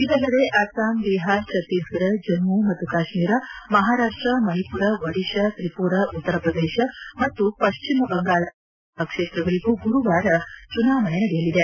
ಇದಲ್ಲದೆ ಅಸ್ಲಾಂ ಬಿಹಾರ್ ಛಕ್ತೀಸ್ಗಢ ಜಮ್ಮ ಮತ್ತು ಕಾಶ್ಮೀರ ಮಹಾರಾಷ್ಟ ಮಣಿಮರ ಒಡಿಶಾ ತ್ರಿಮರಾ ಉತ್ತರಪ್ರದೇಶ ಮತ್ತು ಪಶ್ಚಿಮ ಬಂಗಾಳದ ಹಲವು ಲೋಕಸಭಾ ಕ್ಷೇತ್ರಗಳಿಗೂ ಗುರುವಾರ ಚುನಾವಣೆ ನಡೆಯಲಿದೆ